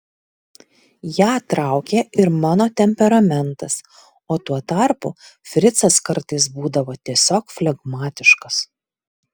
ją traukė ir mano temperamentas o tuo tarpu fricas kartais būdavo tiesiog flegmatiškas